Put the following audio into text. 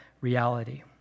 reality